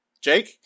Jake